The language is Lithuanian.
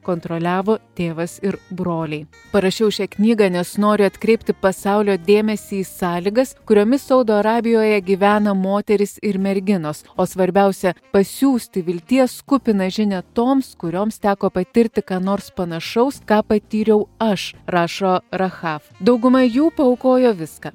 kontroliavo tėvas ir broliai parašiau šią knygą nes noriu atkreipti pasaulio dėmesį į sąlygas kuriomis saudo arabijoje gyvena moterys ir merginos o svarbiausia pasiųsti vilties kupiną žinią toms kurioms teko patirti ką nors panašaus ką patyriau aš rašo rachaf dauguma jų paaukojo viską